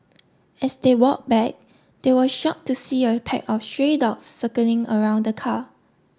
as they walk back they were shocked to see a pack of stray dogs circling around the car